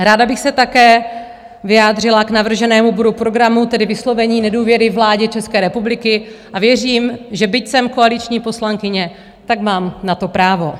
Ráda bych se také vyjádřila k navrženému bodu programu, tedy vyslovení nedůvěry vládě České republiky, a věřím, že byť jsem koaliční poslankyně, tak mám na to právo.